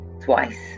twice